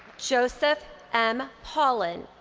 joseph m. paulin.